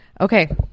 Okay